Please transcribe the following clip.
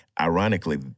Ironically